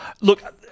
Look